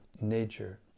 nature